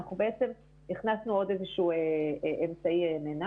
אנחנו הכנסנו עוד איזשהו אמצעי מנע